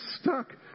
stuck